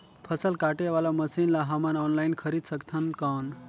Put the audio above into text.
फसल काटे वाला मशीन ला हमन ऑनलाइन खरीद सकथन कौन?